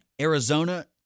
Arizona